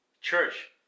Church